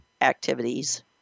activities